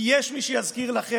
כי יש מי שיזכיר לכם,